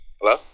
Hello